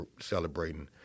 celebrating